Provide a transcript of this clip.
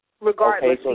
Regardless